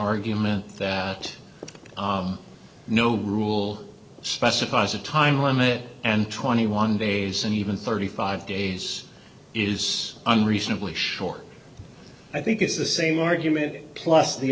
argument that no rule specifies a time limit and twenty one days and even thirty five days is unreasonably short i think it's the same argument plus the